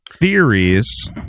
theories